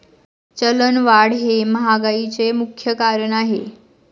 चलनवाढ हे महागाईचे मुख्य कारण आहे